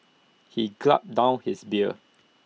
he gulped down his beer